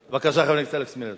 בבקשה, חבר הכנסת אלכס מילר.